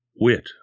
wit